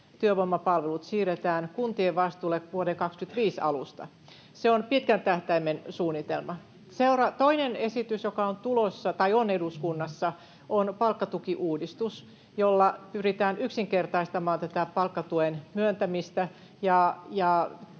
työvoimapalvelut siirretään kuntien vastuulle vuoden 25 alusta. Se on pitkän tähtäimen suunnitelma. Toinen esitys, joka on eduskunnassa, on palkkatukiuudistus, jolla pyritään yksinkertaistamaan tätä palkkatuen myöntämistä